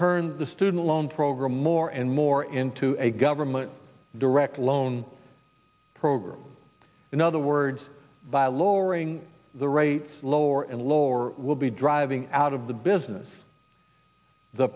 turn the student loan program more and more in into a government direct loan program in other words by lowering the rates lower and lower will be driving out of the business the